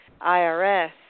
IRS